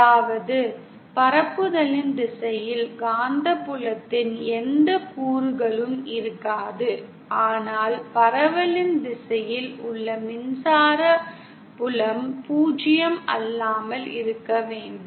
அதாவது பரப்புதலின் திசையில் காந்தப்புலத்தின் எந்த கூறுகளும் இருக்காது ஆனால் பரவலின் திசையில் உள்ள மின்சார புலம் பூஜ்ஜியம் அல்லாமல் இருக்க வேண்டும்